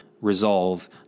resolve